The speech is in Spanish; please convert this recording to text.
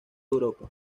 europa